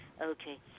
Okay